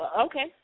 Okay